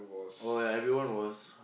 oh ya everyone was